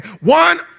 one